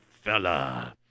fella